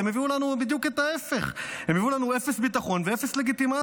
הם הביאו לנו בדיוק את ההפך: הם הביאו לנו אפס ביטחון ואפס לגיטימציה.